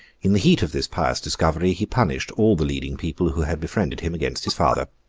in the heat of this pious discovery, he punished all the leading people who had befriended him against his father.